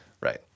right